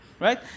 right